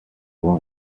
warm